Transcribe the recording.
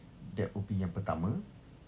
that would be yang pertama